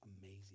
amazing